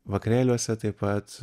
vakarėliuose taip pat